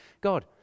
God